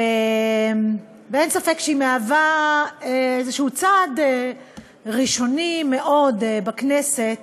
אין ספק שהיא איזשהו צעד ראשוני מאוד בכנסת